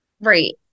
Right